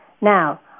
Now